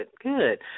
good